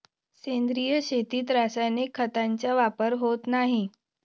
सेंद्रिय शेतीत रासायनिक खतांचा वापर होत नाही